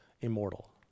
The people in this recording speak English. immortal